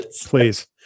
Please